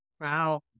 Wow